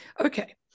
Okay